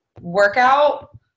workout